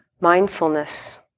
mindfulness